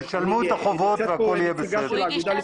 שישלמו את החובות והכול יהיה בסדר.